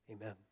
amen